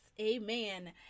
amen